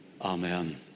Amen